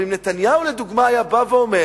הרי אם נתניהו, לדוגמה, היה בא ואומר: